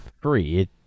free